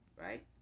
right